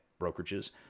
brokerages